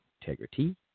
Integrity